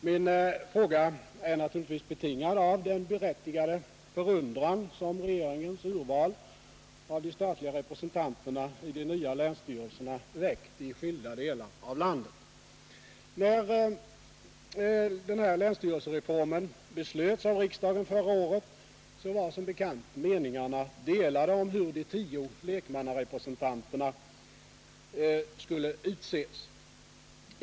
Min fråga är naturligtvis betingad av den berättigade förundran som regeringens urval av de statliga representanterna i de nya länsstyrelserna väckt i skilda delar av landet. När länsstyrelsereformen beslöts av riksdagen förra året var som bekant meningarna delade om hur de tio lekmannarepresentanterna skulle utses.